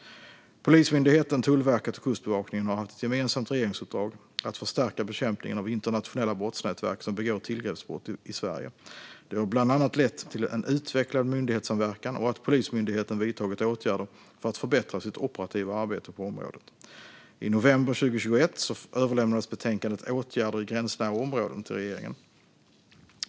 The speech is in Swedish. Polismyndigheten, Tullverket och Kustbevakningen har haft ett gemensamt regeringsuppdrag att förstärka bekämpningen av internationella brottsnätverk som begår tillgreppsbrott i Sverige. Det har bland annat lett till en utvecklad myndighetssamverkan och att Polismyndigheten vidtagit åtgärder för att förbättra sitt operativa arbete på området. I november 2021 överlämnades betänkandet Åtgärder i gränsnära om råden till regeringen.